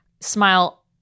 smile